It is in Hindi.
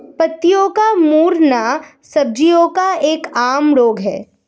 पत्तों का मुड़ना सब्जियों का एक आम रोग है